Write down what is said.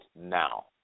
now